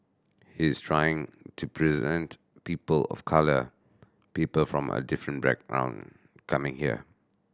he's trying to present people of colour people from a different background coming here